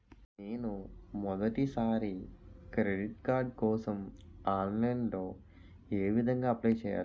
నేను మొదటిసారి credit card కోసం ఆన్లైన్ లో ఏ విధంగా అప్లై చేయాలి?